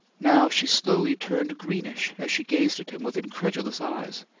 now she slowly turned greenish as she gazed at him with incredulous eyes.